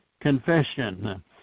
confession